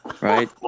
Right